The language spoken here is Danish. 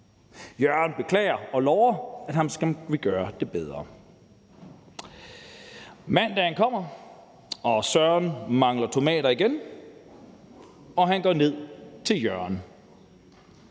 Jørgen beklager og lover, at han skam vil gøre det bedre. Mandagen kommer, Søren mangler igen tomater, og han går ned til Jørgen.